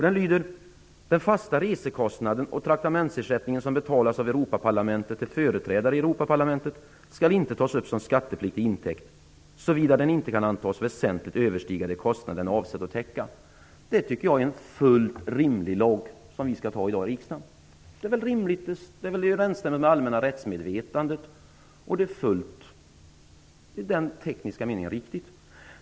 Den lyder: "Den fasta resekostnads och traktamentsersättning som betalas av Europaparlamentet till företrädare i Europaparlamentet skall inte tas upp som skattepliktig intäkt, såvida den inte kan antas väsentligen överstiga de kostnader den är avsedd att täcka." Det är en fullt rimlig lag som vi skall fatta beslut om i riksdagen. Den stämmer överens med det allmänna rättsmedvetandet och är i teknisk mening fullt riktig.